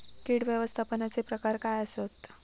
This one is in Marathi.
कीड व्यवस्थापनाचे प्रकार काय आसत?